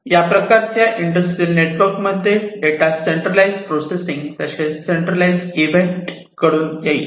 या प्रकारच्या industrial network मध्ये डेटा सेंट्रलाइज प्रोसेसिंग तसेच सेंट्रलाइज इव्हेंट कडून येईल